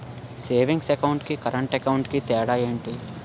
Savings account కి current account కి తేడా ఏమిటి?